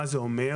מה זה אומר?